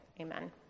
Amen